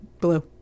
blue